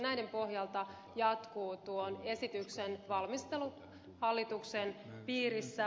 näiden pohjalta jatkuu tuon esityksen valmistelu hallituksen piirissä